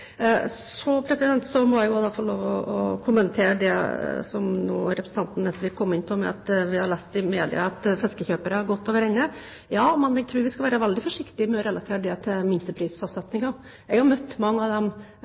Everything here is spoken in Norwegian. Så må jeg få lov til å kommentere det som representanten Nesvik nå kom inn på, at vi har lest i media at fiskekjøpere har gått over ende. Ja, men jeg tror vi skal være veldig forsiktige med å relatere det til minsteprisfastsettingen. Jeg har møtt mange av dem